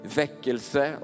väckelse